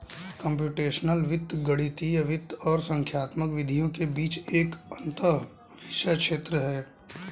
computational वित्त गणितीय वित्त और संख्यात्मक विधियों के बीच एक अंतःविषय क्षेत्र है